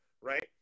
right